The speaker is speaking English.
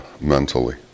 mentally